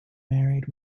married